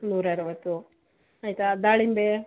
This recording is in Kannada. ನೂರಾ ಅರವತ್ತು ಆಯಿತಾ ದಾಳಿಂಬೆ